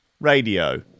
radio